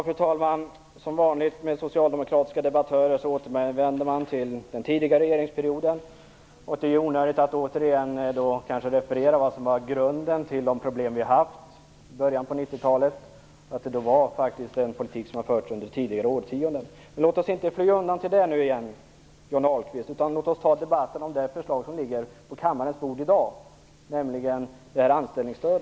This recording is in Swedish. Fru talman! Som vanligt med socialdemokratiska debattörer återvänder man till den tidigare regeringsperioden. Det är onödigt att återigen referera vad som är grunden till de problem som vi haft i början på 90-talet. Det var den politik som fördes under tidigare årtionden. Låt oss inte fly undan till den nu ingen, Johnny Ahlqvist, utan låt oss ta debatten om det förslag som i dag ligger på kammarens bord, nämligen förslaget om anställningsstöd.